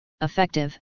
effective